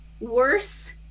Worse